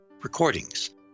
recordings